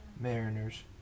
Mariners